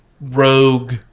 rogue